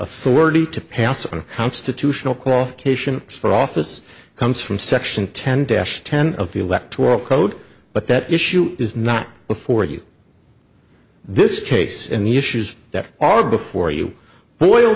authority to pass on constitutional qualification for office comes from section ten dash ten of the electoral code but that issue is not before you this case in the issues that are before you boil